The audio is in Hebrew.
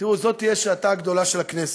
זאת תהיה שעתה הגדולה של הכנסת.